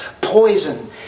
poison